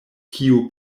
kiu